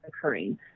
occurring